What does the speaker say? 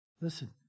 Listen